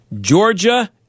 Georgia